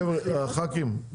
חבר'ה ח"כים,